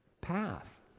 path